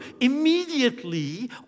immediately